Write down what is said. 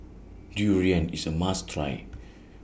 Durian IS A must Try